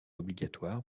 obligatoire